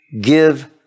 give